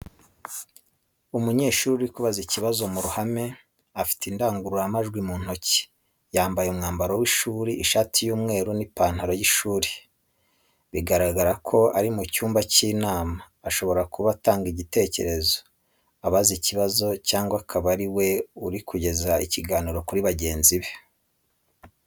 Umunyeshuri uri kubaza ikibazo mu ruhame, afite indangururamajwi mu ntoki. Yambaye umwambaro w'ishuri ishati y'umweru n’ipantaro y’ishuri, biragaragara ko ari mu cyumba cy’inama. Ashobora kuba atanga igitekerezo, abaza ikibazo cyangwa akaba ari we uri kugeza ikiganiro kuri bagenzi be.